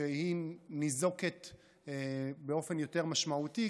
שהיא ניזוקה באופן יותר משמעותי,